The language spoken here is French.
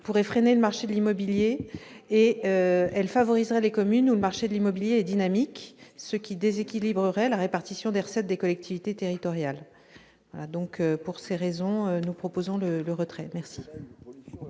pourrait freiner le marché de l'immobilier et favoriserait les communes dans lesquelles le marché de l'immobilier est dynamique, ce qui déséquilibrerait la répartition des recettes des collectivités territoriales. Pour ces raisons, nous demandons le retrait de cet